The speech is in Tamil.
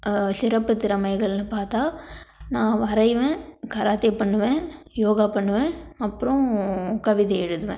சிறப்புத்திறமைகள்னு பார்த்தா நான் வரைவேன் கராத்தே பண்ணுவேன் யோகா பண்ணுவேன் அப்புறோம் கவிதை எழுதுவேன்